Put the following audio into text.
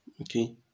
okay